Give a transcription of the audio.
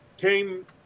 came